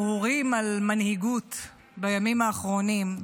הרהורים על מנהיגות בימים האחרונים,